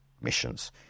missions